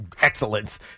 Excellence